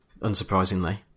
unsurprisingly